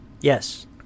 Yes